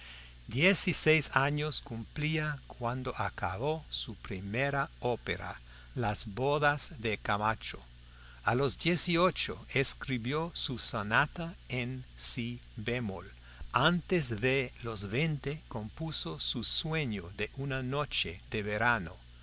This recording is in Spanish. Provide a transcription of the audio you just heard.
dieciséis años cumplía cuando acabó su primera ópera las bodas de camacho a los dieciocho escribió su sonata en si bemol antes de los veinte compuso su sueño de una noche de verano